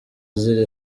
azira